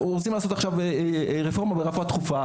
אנחנו רוצים לעשות עכשיו רפורמה ברפואה דחופה.